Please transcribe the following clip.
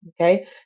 Okay